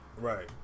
right